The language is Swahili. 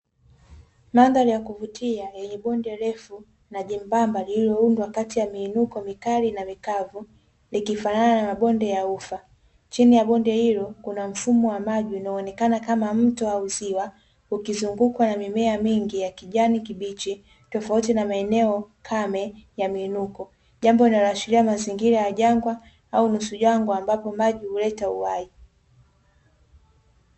Mandhari ya kuvutia yenye bonde refu na jembamba lililoundwa kati ya miinuko mikali na mikavu, likifanana na mabonde ya ufa. Chini ya bonde hilo kuna mfumo wa maji unaoonekana kama mto au ziwa, ukizungukwa na mimea mingi ya kijani kibichi, tofauti na maeneo kame ya miinuko. Jambo linaloashiria mazingira ya jangwa au nusu jangwani, ambapo maji huleta uhai.